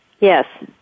Yes